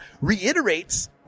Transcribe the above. reiterates